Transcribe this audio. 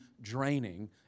draining